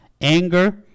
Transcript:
anger